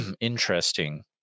interesting